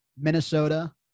Minnesota